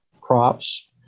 crops